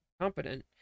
Competent